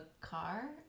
car